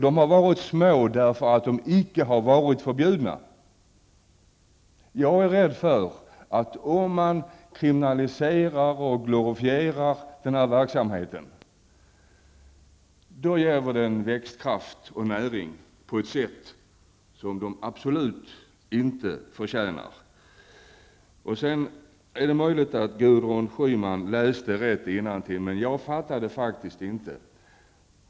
De har varit små därför att de icke har varit förbjudna. Jag är rädd för att om man kriminaliserar och glorifierar denna verksamhet, då ger man den växtkraft och näring på ett sätt som den absolut inte förtjänar. Det är möjligt att Gudrun Schyman läste rätt innantill, men jag fattade faktiskt inte.